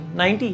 90